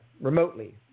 remotely